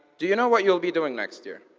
do you know what you'll be doing next year?